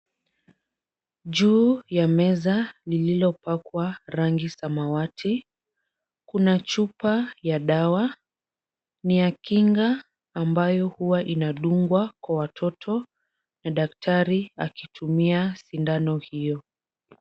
Juu ya meza lililopakwa rangi samawati, kuna chupa ya dawa ni ya kinga ambayo huwa inadungwa kwa watoto na daktari akitumia sindano hiyo.